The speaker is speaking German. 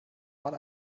mal